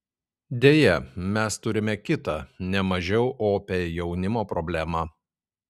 deja mes turime kitą ne mažiau opią jaunimo problemą